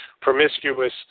promiscuous